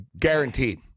Guaranteed